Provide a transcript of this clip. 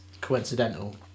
coincidental